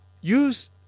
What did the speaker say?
use